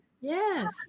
Yes